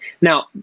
Now